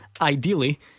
ideally